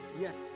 Yes